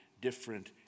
different